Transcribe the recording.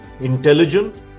intelligent